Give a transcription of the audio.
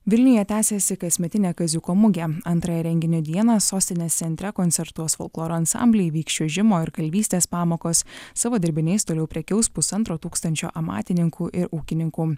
vilniuje tęsiasi kasmetinę kaziuko mugę antrąją renginio dieną sostinės centre koncertuos folkloro ansambliai vyks čiuožimo ir kalvystės pamokos savo dirbiniais toliau prekiaus pusantro tūkstančio amatininkų ir ūkininkų